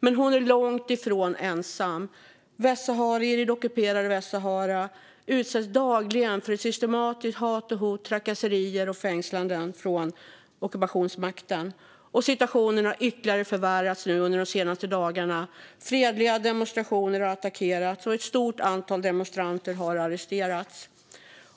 Men hon är långt ifrån ensam. Västsaharier i det ockuperade Västsahara utsätts dagligen för systematiskt hat och hot, trakasserier och fängslanden från ockupationsmakten. Situationen har ytterligare förvärrats under de senaste dagarna. Fredliga demonstrationer har attackerats, och ett stort antal demonstranter har arresterats.